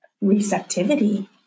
receptivity